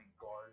guard